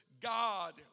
God